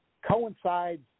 coincides